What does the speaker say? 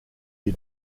did